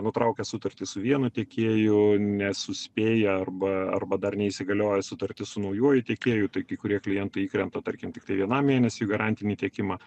nutraukia sutartį su vienu tiekėju nesuspėja arba arba dar neįsigalioja sutartis su naujuoju tiekėju tai kai kurie klientai įkrenta tarkim tiktai vienam mėnesiui garantinį tiekimą